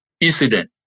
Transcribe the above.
incident